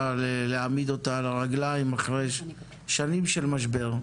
להעמיד אותה על הרגליים אחרי שנים של משבר.